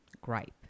gripe